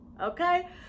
okay